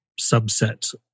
subset